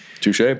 Touche